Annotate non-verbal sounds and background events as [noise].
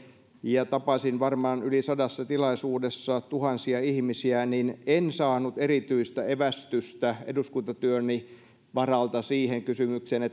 ja tapasin varmaan yli sadassa tilaisuudessa tuhansia ihmisiä niin en saanut erityistä evästystä eduskuntatyöni varalta siihen kysymykseen [unintelligible]